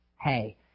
hey